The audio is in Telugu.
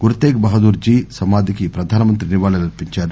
గుర్ తేగ్ బహదూర్ జీ సమాధికి ప్రధానమంత్రి నివాళ్లర్పిందారు